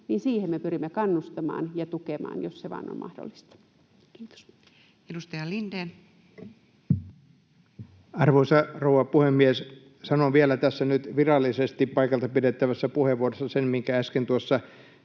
toimeen, me pyrimme siihen kannustamaan ja tukemaan, jos se vain on mahdollista. — Kiitos. Edustaja Lindén. Arvoisa rouva puhemies! Sanon vielä nyt virallisesti paikalta pidettävässä puheenvuorossa sen, minkä äsken tuossa